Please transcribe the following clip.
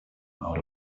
out